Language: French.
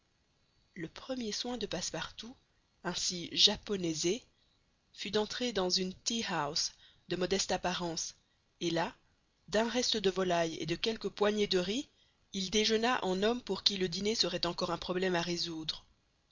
le premier soin de passepartout ainsi japonaisé fut d'entrer dans une tea house de modeste apparence et là d'un reste de volaille et de quelques poignées de riz il déjeuna en homme pour qui le dîner serait encore un problème à résoudre